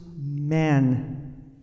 men